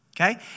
Okay